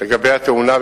לגבי התאונה,